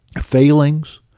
failings